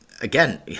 again